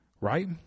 right